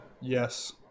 Yes